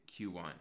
Q1